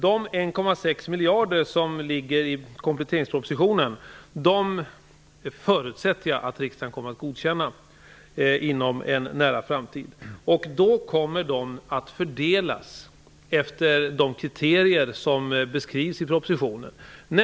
De 1,6 miljarder som ligger i kompletteringspropositionen förutsätter jag att riksdagen kommer att godkänna inom en nära framtid. De kommer då att fördelas efter de kriterier som beskrivs i propositionen.